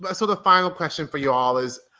but so the final question for you all is,